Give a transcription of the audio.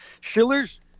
Schiller's